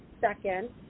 second